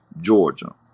Georgia